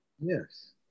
Yes